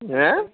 हा